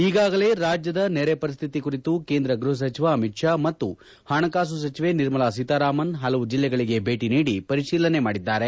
ಈಗಾಗಲೇ ರಾಜ್ಯದ ನೆರೆ ಪರಿಸ್ಥಿತಿ ಕುರಿತು ಕೇಂದ್ರ ಗೃಹ ಸಚಿವ ಅಮಿತ್ ಶಾ ಮತ್ತು ಹಣಕಾಸು ಸಚಿವೆ ನಿರ್ಮಲಾ ಸೀತಾರಾಮನ್ ಹಲವು ಜಿಲ್ಲೆಗಳಿಗೆ ಭೇಟ ನೀಡಿ ಪರಿಶೀಲನೆ ಮಾಡಿದ್ದಾರೆ